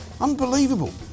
Unbelievable